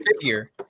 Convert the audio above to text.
figure